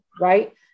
right